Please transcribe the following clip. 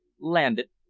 landed,